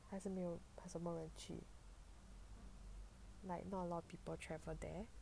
还是没有什么人去 like not a lot of people travel there